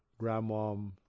grandmom